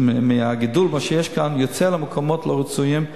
מהגידול בארץ שיש כאן יוצא למקומות לא רצויים,